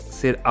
ser